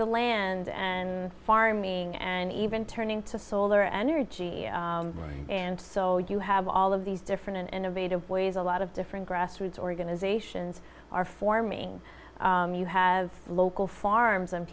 the land and farming and even turning to solar energy and so you have all of these different and innovative ways a lot of different grassroots organizations are forming you have local farms and